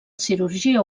cirurgia